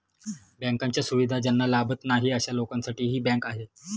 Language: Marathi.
बँकांच्या सुविधा ज्यांना लाभत नाही अशा लोकांसाठी ही बँक आहे